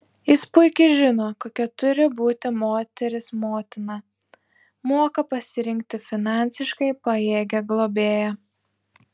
jis puikiai žino kokia turi būti moteris motina moka pasirinkti finansiškai pajėgią globėją